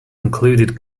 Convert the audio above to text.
included